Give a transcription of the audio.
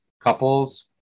couples